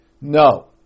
No